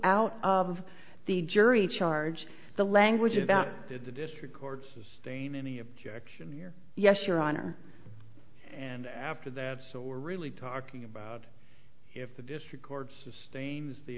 out of the jury charge the language about the district court sustain any objection here yes your honor and after that so we're really talking about if the district court sustains the